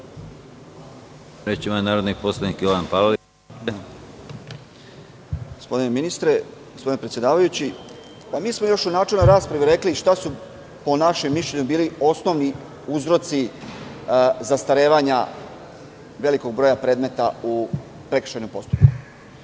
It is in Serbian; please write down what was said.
Reč ima narodni poslanik Jovan Palalić. **Jovan Palalić** Gospodine ministre, gospodine predsedavajući, mi smo još u načelnoj raspravi rekli šta su, po našem mišljenju, bili osnovni uzroci zastarevanja velikog broja predmeta u prekršajnom postupku.